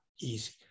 easy